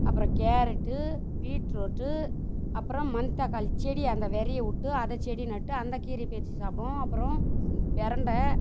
அப்புறம் carrot beetroot அப்புறம் மணத்தக்காளி செடி அந்த வெதைய விட்டு அந்த செடி நட்டு அந்த கீரையை பறிச்சி சாப்பிடுவோம் அப்புறம் பெரண்டை